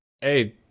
Hey